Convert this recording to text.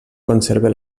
conserva